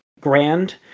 grand